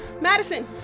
Madison